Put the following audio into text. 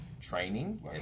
training